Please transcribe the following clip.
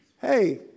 Hey